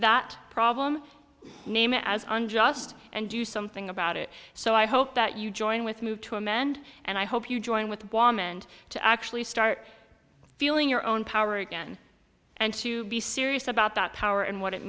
that problem name as unjust and do something about it so i hope that you join with move to amend and i hope you join with the bomb and to actually start feeling your own power again and to be serious about that power and what it